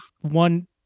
one